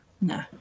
No